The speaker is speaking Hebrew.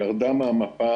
היא ירדה ממפת